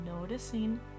noticing